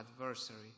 adversary